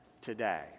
today